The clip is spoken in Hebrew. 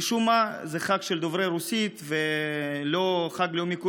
משום מה, זהו חג של דוברי רוסית, ולא חג לאומי.